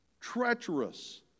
treacherous